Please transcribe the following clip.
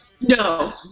No